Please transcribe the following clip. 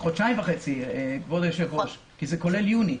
חודשיים וחצי, כבוד היושב-ראש, כי זה כולל יוני.